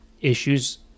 issues